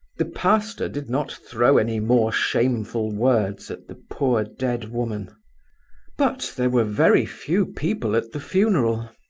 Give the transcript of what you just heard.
the pastor did not throw any more shameful words at the poor dead woman but there were very few people at the funeral.